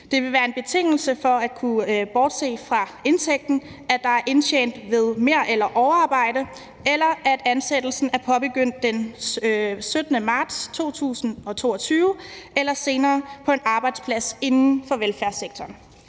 Det vil være en betingelse for at kunne bortse fra indtægten, at der er indtjent ved mer- eller overarbejde, eller at ansættelsen er påbegyndt den 17. marts 2022 eller senere på en arbejdsplads inden for velfærdssektoren